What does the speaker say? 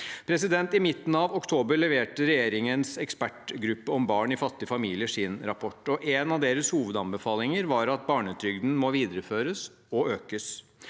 økonomisk. I midten av oktober leverte regjeringens ekspertgruppe om barn i fattige familier sin rapport. En av deres hovedanbefalinger var at barnetrygden må videreføres og økes.